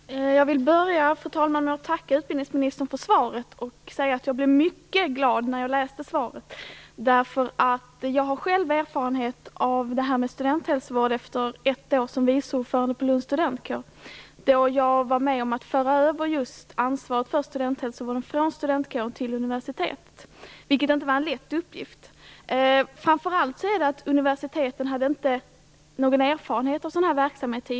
Fru talman! Jag vill börja med att tacka utbildningsministern för svaret. Jag blev mycket glad när jag läste det. Jag har själv erfarenhet av studenthälsovård efter ett år som vice ordförande för Lunds studentkår, då jag var med om att föra över ansvaret för just studenthälsovården, från studentkåren till universitetet. Det var inte någon lätt uppgift, framför allt därför att universitetet inte hade någon tidigare erfarenhet av sådan här verksamhet.